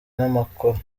n’amakoro